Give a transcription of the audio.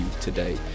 today